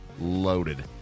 loaded